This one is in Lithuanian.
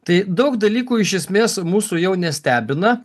tai daug dalykų iš esmės mūsų jau nestebina